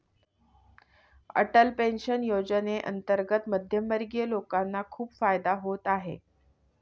Atal pension योजनेअंतर्गत मध्यमवर्गीय लोकांना खूप फायदा होत आहे